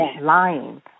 lying